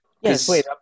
Yes